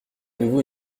nouveau